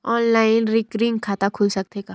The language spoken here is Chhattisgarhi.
ऑनलाइन रिकरिंग खाता खुल सकथे का?